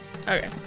Okay